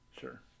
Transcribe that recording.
Sure